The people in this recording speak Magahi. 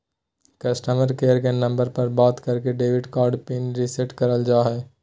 कस्टमर केयर के नम्बर पर बात करके डेबिट कार्ड पिन रीसेट करल जा हय